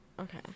Okay